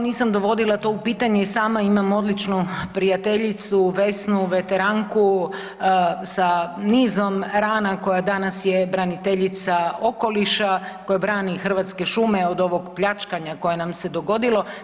nisam dovodila to u pitanje i sama imam odličnu prijateljicu Vesnu veteranku sa nizom rana koja danas je braniteljica okoliša, koja brani Hrvatske šume od ovog pljačkanja koje nam se dogodilo.